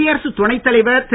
குடியரசுத் துணைத்தலைவர் திரு